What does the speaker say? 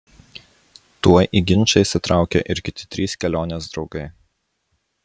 tuoj į ginčą įsitraukė ir kiti trys kelionės draugai